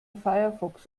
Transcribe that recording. firefox